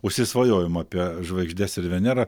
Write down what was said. užsisvajojom apie žvaigždes ir venerą